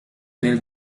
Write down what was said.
nel